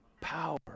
power